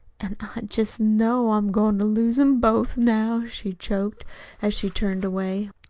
an' i jest know i'm goin' to lose em both now, she choked as she turned away.